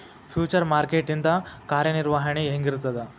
Future market ಇಂದ್ ಕಾರ್ಯನಿರ್ವಹಣಿ ಹೆಂಗಿರ್ತದ?